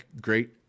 great